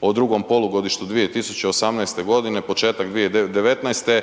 o drugom polugodištu 2018.g., početak 2019.